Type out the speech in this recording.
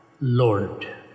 Lord